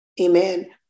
amen